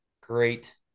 great